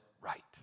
right